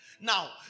Now